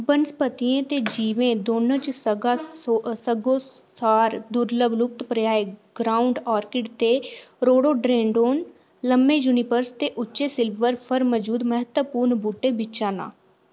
वनस्पतियें ते जीवें दौनें च सग्गोसार दुर्लभ लुप्तप्राय ग्राउंड ऑर्किड ते रोडोडेंड्रोन लम्मे जुनिपर्स ते उच्चे सिल्वर फर मजूद म्हत्तवपूर्ण बूह्टे बिच्चा न